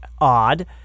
odd